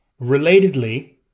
Relatedly